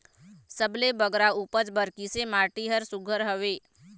सबले बगरा उपज बर किसे माटी हर सुघ्घर हवे?